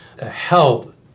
health